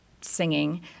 singing